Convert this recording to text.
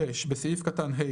(4)בסעיף קטן (ה),